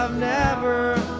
um never